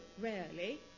rarely